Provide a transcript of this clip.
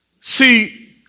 See